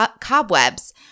cobwebs